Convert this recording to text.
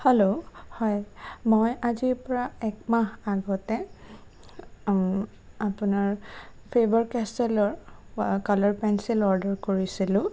hello হয় মই আজিৰ পৰা একমাহ আগতে আপোনাৰ ফেবাৰ কেচেল ৰ কালাৰ পেঞ্চিল অৰ্ডাৰ কৰিছিলোঁ